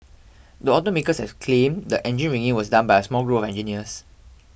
the automaker has claimed the engine rigging was done by a small group of engineers